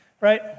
right